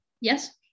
Yes